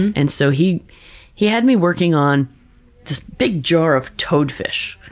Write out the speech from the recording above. and so he he had me working on this big jar of toadfish.